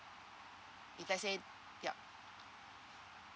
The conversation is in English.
if let's say yup